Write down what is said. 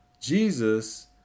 Jesus